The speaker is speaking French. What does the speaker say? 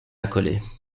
accolés